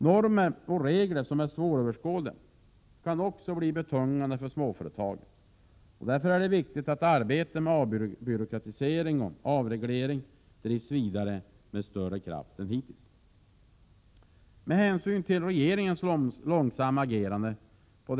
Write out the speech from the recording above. Normer och regler som är svåröverskådliga kan bli betungande för småföretagen. Det är därför viktigt att arbetet med avbyråkratisering och avreglering drivs vidare med större kraft än hittills. Med hänsyn till regeringens långsamma agerande på detta område anser vi Prot.